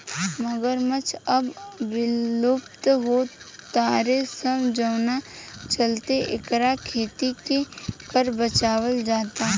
मगरमच्छ अब विलुप्त हो तारे सन जवना चलते एकर खेती के कर बचावल जाता